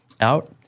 out